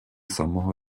самого